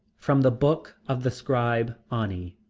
from the book of the scribe ani,